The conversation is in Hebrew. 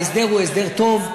ההסדר הוא הסדר טוב.